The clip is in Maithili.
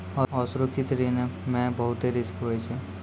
असुरक्षित ऋण मे बहुते रिस्क हुवै छै